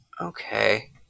Okay